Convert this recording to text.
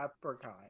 apricot